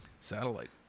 Satellite